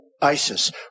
ISIS